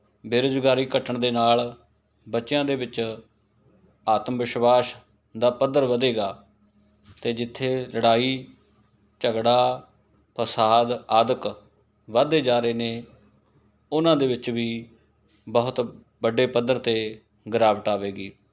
ਬੇਰੁਜ਼ਗਾਰੀ ਘਟਣ ਦੇ ਨਾਲ ਬੱਚਿਆਂ ਦੇ ਵਿੱਚ ਆਤਮ ਵਿਸ਼ਵਾਸ ਦਾ ਪੱਧਰ ਵਧੇਗਾ ਅਤੇ ਜਿੱਥੇ ਲੜਾਈ ਝਗੜਾ ਫਸਾਦ ਆਦਿਕ ਵੱਧਦੇ ਜਾ ਰਹੇ ਨੇ ਉਹਨਾਂ ਦੇ ਵਿੱਚ ਵੀ ਬਹੁਤ ਵੱਡੇ ਪੱਧਰ 'ਤੇ ਗਿਰਾਵਟ ਆਵੇਗੀ